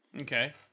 Okay